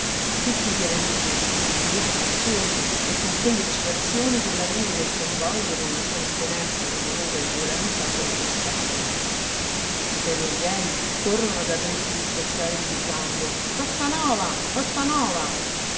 tutti si allineano in attesa ansiosi e con quell'eccitazione che l'arrivo del convoglio con la sua imponenza rumorosa e violenta suol destare i ferrovieri corrono ad aprir gli sportelli gridando costanova costanova da